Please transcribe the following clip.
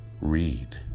Read